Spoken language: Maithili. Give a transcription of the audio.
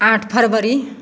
आठ फरवरी